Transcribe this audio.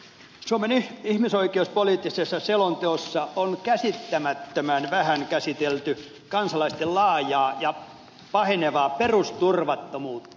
suomen ihmisoikeuspoliittisessa selonteossa on käsittämättömän vähän käsitelty kansalaisten laajaa ja pahenevaa perusturvattomuutta